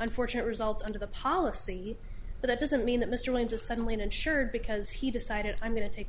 unfortunate results under the policy but that doesn't mean that mr lane just suddenly insured because he decided i'm going to take the